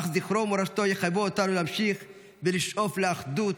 אך זכרו ומורשתו יחייבו אותנו להמשיך ולשאוף לאחדות,